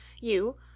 You—